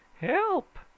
help